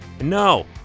No